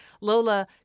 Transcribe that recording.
Lola